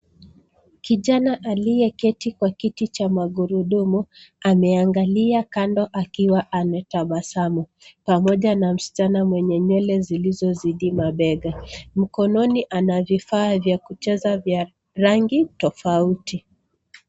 Kijana aliyeketi kwa kiti cha magurudumu, ameangalia kando akiwa anatabasamu, pamoja na msichana mwenye nywele zilizozidi mabega. Mkononi ana vifaa vya kucheza vya rangi tofauti.